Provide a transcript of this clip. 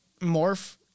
morph